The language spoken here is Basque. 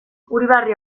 uribarri